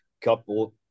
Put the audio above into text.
couple